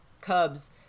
cubs